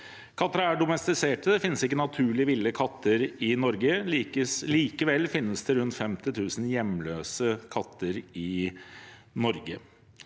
Katter er domestiserte. Det finnes ikke naturlig ville katter i Norge. Likevel finnes det rundt 50 000 hjemløse katter i Norge.